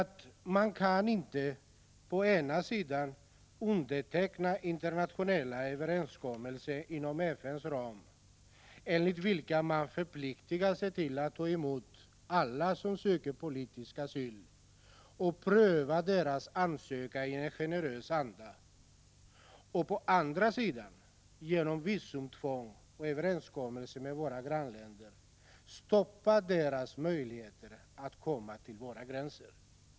Man kan inte å ena sidan underteckna internationella överenskommelser inom FN:s ram enligt vilka man förpliktar sig att ta emot alla som söker politisk asyl och att pröva deras ansökningar i generös anda, å andra sidan genom visumtvång och överenskommelser med sina grannländer stoppa dessa människors möjligheter att komma till våra gränser.